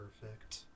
perfect